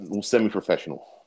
semi-professional